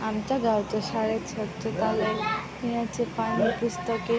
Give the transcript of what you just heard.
आमच्या गावच्या शाळेत स्वच्छतालय पिण्याचे पाणी पुस्तके